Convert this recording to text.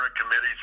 committees